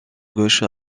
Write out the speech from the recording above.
gauche